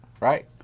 Right